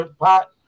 pot